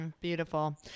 Beautiful